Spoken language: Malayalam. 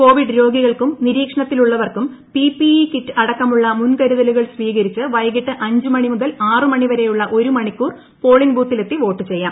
കോവിഡ് രോഗികൾക്കും നിരീക്ഷണത്തിലുള്ളവർക്കും പിപിഇ കിറ്റ് അടക്കമുള്ള മുൻകരുതലുകൾ സ്വീകരിച്ച് വൈകിട്ട് അഞ്ചു മണി മുതൽ ആറു മണി വരെയുള്ള ഒരു മണിക്കൂർ പോളിംഗ് ബൂത്തിലെത്തി വോട്ടു ചെയ്യാം